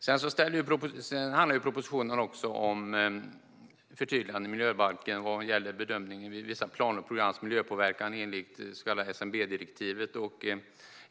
Sedan handlar propositionen också om förtydliganden i miljöbalken vad gäller bedömning av vissa planers och programs miljöpåverkan enligt det så kallade SMB-direktivet.